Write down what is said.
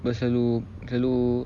sebab selalu selalu